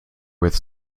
with